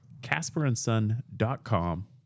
casperandson.com